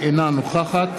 אינה נוכחת